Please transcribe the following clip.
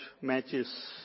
matches